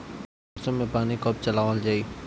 सरसो में पानी कब चलावल जाई?